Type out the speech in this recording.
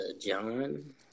John